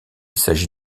s’agit